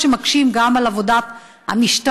מקשים גם על עבודת המשטרה.